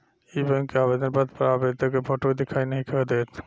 इ बैक के आवेदन पत्र पर आवेदक के फोटो दिखाई नइखे देत